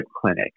clinic